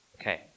Okay